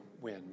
win